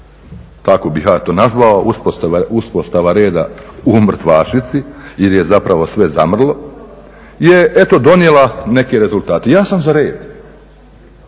tako bih ja to nazvao uspostava reda u mrtvačnici jer je zapravo sve zamrlo, je eto donijela neki rezultat. Ja sam za red,